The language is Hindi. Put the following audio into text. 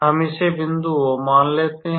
हम इसे बिंदु O मान लेते हैं